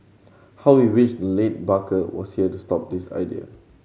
how we wish late barker was here to stop this idea